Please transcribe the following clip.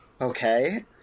okay